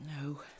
No